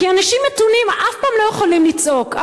כי אנשים מתונים אף פעם לא יכולים לצעוק.